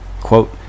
Quote